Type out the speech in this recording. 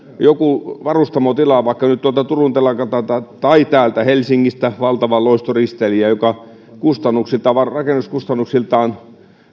joku varustamo tilaa vaikka nyt tuolta turun telakalta tai täältä helsingistä valtavan loistoristeilijän joka rakennuskustannuksiltaan